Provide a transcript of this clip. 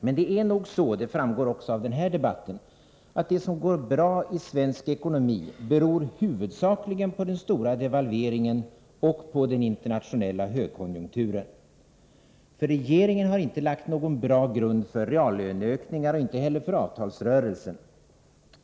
Men det är nog så — det framgår också av denna debatt — att det som går bra i svensk ekonomi huvudsakligen beror på den kraftiga devalveringen och på den internationella högkonjunkturen. Regeringen har inte lagt en bra grund för reallöneökningar och inte heller för avtalsrörelsen.